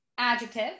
Adjective